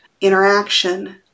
interaction